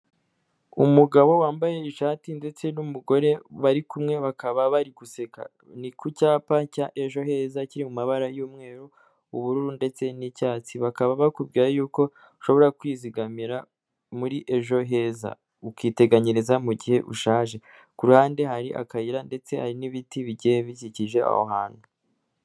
Umugabo wambaye ishati ndetse n'umugore bari kumwe bakaba bari guseka ni ku cyapa cya ejo heza kiri mu mabara y'umweru ubururu ndetse n'icyatsi, bakaba bakubwira yuko ushobora kwizigamira muri ejo heza ukiteganyiriza mu gihe ushaje ku ruhande hari akayira ndetse hari n'ibiti bigiye bikikije aho hantu.